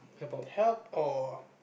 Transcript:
help or